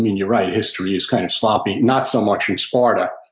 you're right, history is kind of sloppy, not so much in sparta.